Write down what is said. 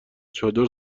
چادر